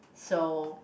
so